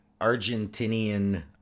Argentinian